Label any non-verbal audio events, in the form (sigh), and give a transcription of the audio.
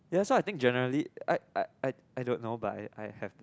ya so I think generally I I I I don't know but I I have (noise)